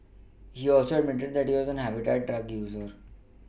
he also admitted he was a habitual drug user